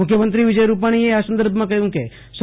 મુખ્યમંત્રી શ્રી વિજયભાઇ રૂપાણીએ આસંદર્ભમાં કહ્યું કે સ્વ